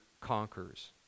conquers